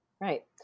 Right